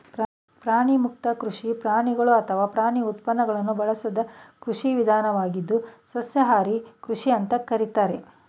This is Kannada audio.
ಪ್ರಾಣಿಮುಕ್ತ ಕೃಷಿ ಪ್ರಾಣಿಗಳು ಅಥವಾ ಪ್ರಾಣಿ ಉತ್ಪನ್ನಗಳನ್ನು ಬಳಸದ ಕೃಷಿ ವಿಧಾನವಾಗಿದ್ದು ಸಸ್ಯಾಹಾರಿ ಕೃಷಿ ಅಂತ ಕರೀತಾರೆ